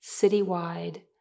citywide